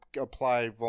apply